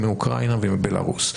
מאוקראינה ומבלרוס.